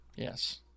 Yes